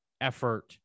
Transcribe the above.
effort